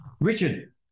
Richard